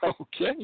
Okay